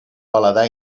paladar